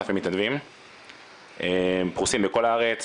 6,000 מתנדבים פרוסים בכל הארץ,